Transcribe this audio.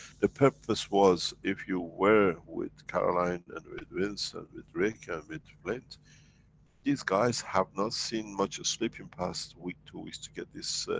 the purpose was if you were with caroline and with vince and with rick and with flint these guys have not seen much sleep in past week two weeks to get this.